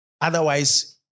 Otherwise